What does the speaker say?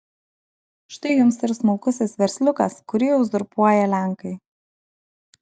štai jums ir smulkusis versliukas kurį uzurpuoja lenkai